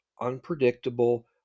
unpredictable